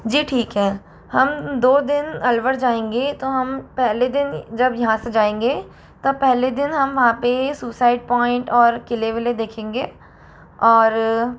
जी ठीक है हम दो दिन अलवर जाएंगे तो हम पहले दिन जब यहाँ से जाएंगे तब पहले दिन हम वहाँ पे सुसाइड पॉइंट और किले विले देखेंगे और